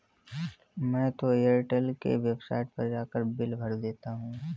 मैं तो एयरटेल के वेबसाइट पर जाकर बिल भर देता हूं